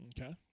Okay